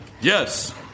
Yes